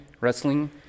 wrestling